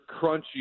crunchy